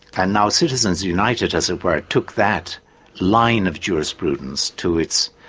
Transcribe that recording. and now citizens united as it were took that line of jurisprudence to its,